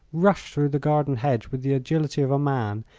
rush through the garden hedge with the agility of a man,